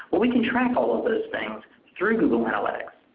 we can track all of those things through google analytics.